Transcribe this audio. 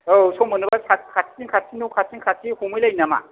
औ सम मोनोबा खाथिजों खाथि न' खाथि खाथि हमहैलायनो नामा